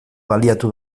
baliatu